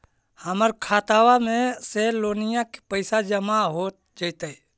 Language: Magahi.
हमर खातबा में से लोनिया के पैसा जामा हो जैतय?